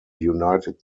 united